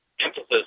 emphasis